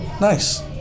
Nice